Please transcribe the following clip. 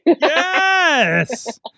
Yes